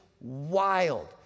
wild